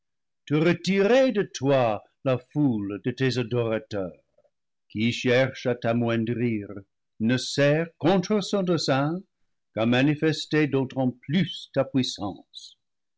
retirer de toi la foule de tes adorateurs qui cherche à t'amoindrir ne sert contre son dessein qu'à manifester d'autant plus la puissance